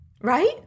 right